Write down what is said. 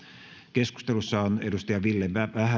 keskustelussa on ville